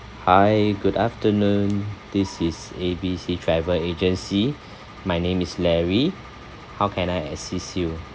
hi good afternoon this is A B C travel agency my name is larry how can I assist you